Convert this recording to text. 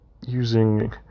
using